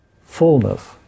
fullness